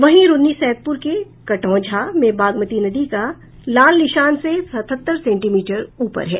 वहीं रून्नी सैदपुर के कटौझा में बागमती नदी लाल निशान से सतहत्तर सेंटीमीटर ऊपर है